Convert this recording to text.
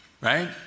right